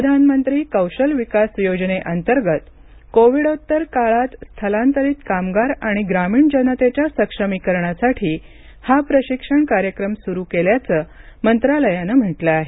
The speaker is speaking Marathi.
प्रधानमंत्री कौशल विकास योजनेअंतर्गत कोविडोत्तर काळात स्थलांतरित कामगार आणि ग्रामीण जनतेच्या सक्षमीकरणासाठी हा प्रशिक्षण कार्यक्रम सुरू केल्याचं मंत्रालयानं म्हटलं आहे